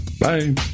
bye